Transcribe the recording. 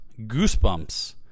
Goosebumps